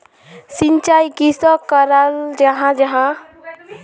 सिंचाई किसोक कराल जाहा जाहा?